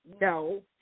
no